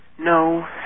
no